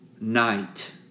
night